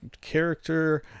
character